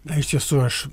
na iš tiesų aš